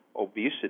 obesity